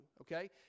Okay